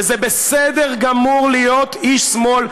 וזה בסדר גמור להיות איש שמאל,